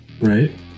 Right